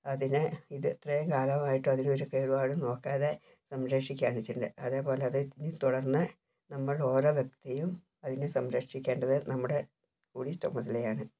അതിനെ ഇത് ഇത്രേം കാലമായിട്ട് അതിന് ഒരു കേടുപാടും നോക്കാതെ സംരഷിക്കാണിച്ചിട്ടൊണ്ട് അതേപോലെ അത് ഇനി തുടർന്ന് നമ്മൾ ഓരോ വ്യക്തിയും അതിനെ സംരക്ഷിക്കേണ്ടത് നമ്മുടെ കൂടി ചുമതലയാണ്